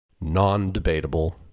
non-debatable